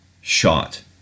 shot